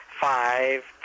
five